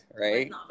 right